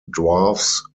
dwarfs